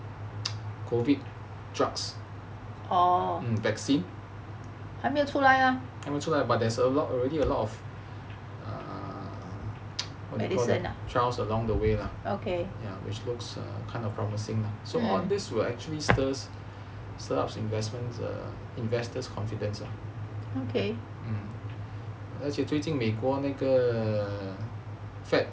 COVID drugs vaccine 还没有出来 but there's a lot already a lot of err what do you call that trials along the way lah ya which looks kind of promising so all this will actually stirs stirs up investments err investors' confidence mm 而且最近美国那个 fad